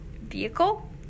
vehicle